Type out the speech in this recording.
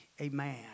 amen